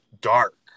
dark